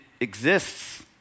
exists